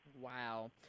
Wow